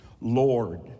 Lord